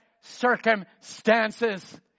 circumstances